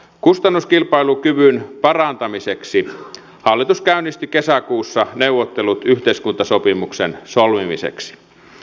kustannuskilpailukyvyn parantamiseksi hallitus käynnisti kesäkuussa neuvottelut yhteiskuntasopimuksen solmimiseksi